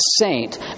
saint